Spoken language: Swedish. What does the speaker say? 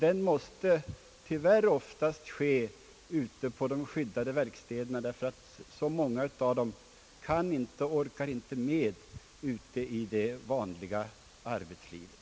Detta måste tyvärr oftast ordnas ute på de skyddade verkstäderna, eftersom så många av de handikappade inte orkar med takten i det vanliga arbetslivet.